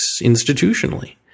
institutionally